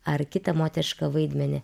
ar kitą moterišką vaidmenį